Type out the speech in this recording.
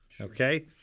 okay